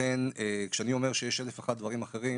כשאני אומר שיש 1,001 דברים אחרים,